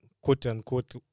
quote-unquote